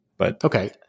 Okay